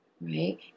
right